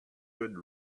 good